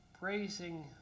praising